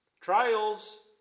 Trials